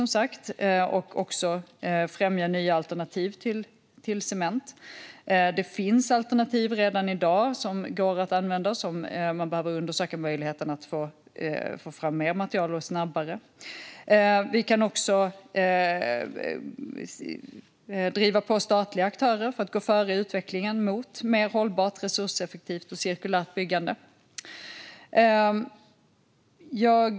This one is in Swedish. Vi kan också främja nya alternativ till cement. Det finns redan i dag alternativ som går att använda, och man behöver undersöka möjligheten att få fram mer material snabbare. Vi kan driva på statliga aktörer för att gå före i utvecklingen mot mer hållbart, resurseffektivt och cirkulärt byggande.